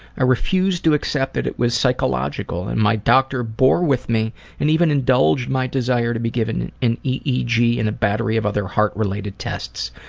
i refused to accept that it was psychological, and my doctor bore with me and even indulged my desire to be given an eeg and a battery of other heart-related tests.